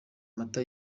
mata